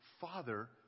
Father